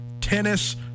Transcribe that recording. tennis